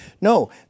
No